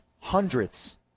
hundreds